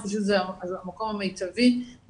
אנחנו חושבים שזה המקום המיטבי מבחינת